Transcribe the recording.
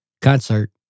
concert